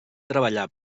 treballar